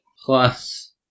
plus